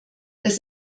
das